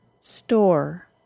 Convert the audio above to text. store